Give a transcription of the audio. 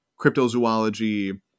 cryptozoology